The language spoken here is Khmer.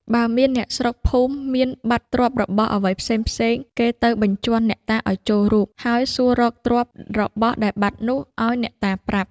បើមានអ្នកស្រុកភូមិមានបាត់ទ្រព្យរបស់អ្វីផ្សេងៗ គេទៅបញ្ជាន់អ្នកតាឲ្យចូលរូប ហើយសួររកទ្រព្យរបស់ដែលបាត់នោះ ឲ្យអ្នកតាប្រាប់ ។